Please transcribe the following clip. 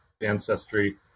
ancestry